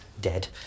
dead